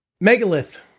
Megalith